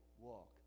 walk